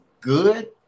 good